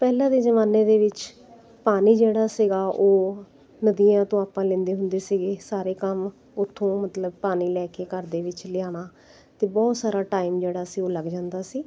ਪਹਿਲਾਂ ਦੇ ਜ਼ਮਾਨੇ ਦੇ ਵਿੱਚ ਪਾਣੀ ਜਿਹੜਾ ਸੀਗਾ ਉਹ ਨਦੀਆਂ ਤੋਂ ਆਪਾਂ ਲੈਂਦੇ ਹੁੰਦੇ ਸੀਗੇ ਸਾਰੇ ਕੰਮ ਉਥੋਂ ਮਤਲਬ ਪਾਣੀ ਲੈ ਕੇ ਘਰ ਦੇ ਵਿੱਚ ਲਿਆਉਣਾ ਅਤੇ ਬਹੁਤ ਸਾਰਾ ਟਾਈਮ ਜਿਹੜਾ ਸੀ ਉਹ ਲੱਗ ਜਾਂਦਾ ਸੀ